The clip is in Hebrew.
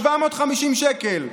750 שקלים.